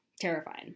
Terrifying